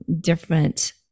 different